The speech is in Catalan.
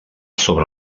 sobre